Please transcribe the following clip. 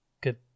Good